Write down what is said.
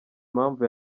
mpamvu